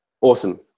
Awesome